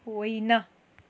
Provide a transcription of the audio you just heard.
होइन